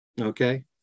Okay